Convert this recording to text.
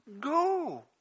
go